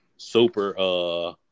super